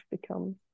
becomes